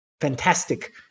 fantastic